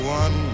one